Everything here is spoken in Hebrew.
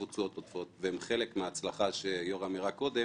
תשואות עודפות - הן חלק מההצלחה שיורם הראה קודם